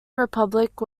republic